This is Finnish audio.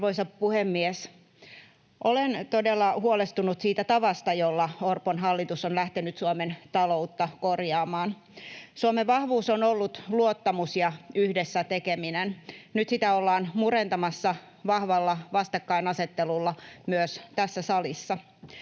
Arvoisa puhemies! Olen todella huolestunut siitä tavasta, jolla Orpon hallitus on lähtenyt Suomen taloutta korjaamaan. Suomen vahvuus on ollut luottamus ja yhdessä tekeminen, nyt sitä ollaan murentamassa vahvalla vastakkainasettelulla myös tässä salissa.